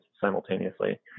simultaneously